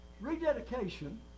Rededication